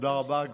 תודה רבה.